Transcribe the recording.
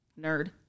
nerd